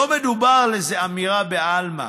לא מדובר על איזו אמירה בעלמא.